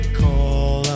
call